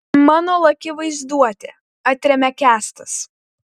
mano laki vaizduotė atremia kęstas